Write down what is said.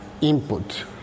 input